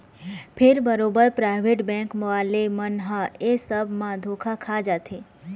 फेर बरोबर private bank वाले मन ह ऐ सब म धोखा खा जाथे